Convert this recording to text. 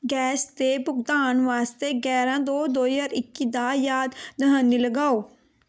gas ਦੇ ਭੁਗਤਾਨ ਵਾਸਤੇ ਗਿਆਰ੍ਹਾਂ ਦੋ ਦੋ ਹਜ਼ਾਰ ਇੱਕੀ ਦਾ ਯਾਦ ਦਹਾਨੀ ਲਗਾਓ